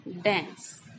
Dance